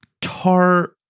tar